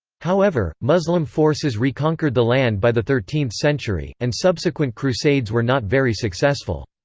however, muslim forces reconquered the land by the thirteenth century, and subsequent crusades were not very successful.